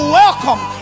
welcome